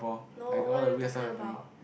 no what are you talking about